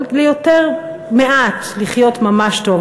אבל ליותר מעט לחיות ממש טוב,